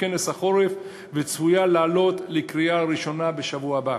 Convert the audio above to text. כנס החורף וצפויה לעלות לקריאה ראשונה בשבוע הבא.